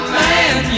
man